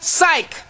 Psych